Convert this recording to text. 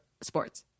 sports